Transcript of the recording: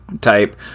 type